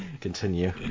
Continue